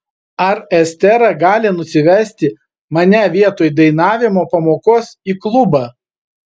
ar estera gali nusivesti mane vietoj dainavimo pamokos į klubą